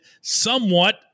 somewhat